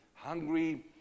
hungry